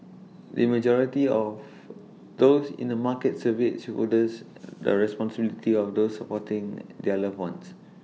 the majority of those in the markets surveyed shoulder the responsibility of the supporting their loved ones